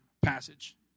passage